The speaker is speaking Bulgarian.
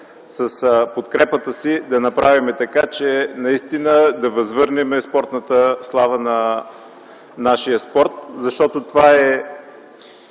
с подкрепата си да направим така, че наистина да възвърнем славата на нашия спорт, защото това е